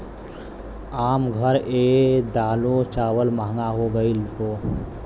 आम घर ए दालो चावल महंगा हो गएल हौ